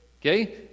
Okay